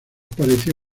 parecía